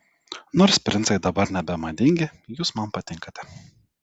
nors princai dabar nebemadingi jūs man patinkate